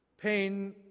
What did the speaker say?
Pain